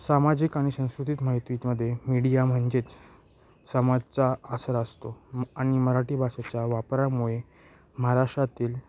सामाजिक आणि संस्कृतीत माहितीमध्ये मीडिया म्हणजेच समाजचा आसरा असतो आणि मराठी भाषेच्या वापरामुळे महाराष्ट्रातील